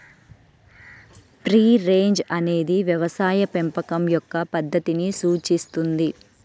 free range అనేది వ్యవసాయ పెంపకం యొక్క పద్ధతిని సూచిస్తుంది